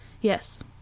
Yes